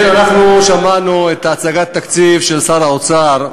כן, אנחנו שמענו את הצגת התקציב של שר האוצר,